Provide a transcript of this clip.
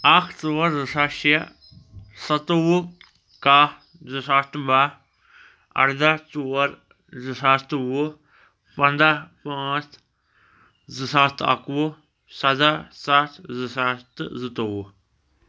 اَکھ ژور زٕ ساس شےٚ سَتووُہ کاہ زٕ ساس تہٕ باہ اَرداہ ژور زٕ ساس تہٕ وُہ پَنٛداہ پانٛژھ زٕ ساس تہٕ اَکوُہ سَداہ سَتھ زٕ ساس تہٕ زٕتوٚوُہ